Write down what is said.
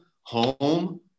home